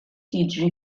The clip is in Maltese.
jiġri